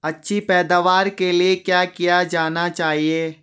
अच्छी पैदावार के लिए क्या किया जाना चाहिए?